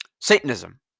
Satanism